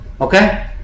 Okay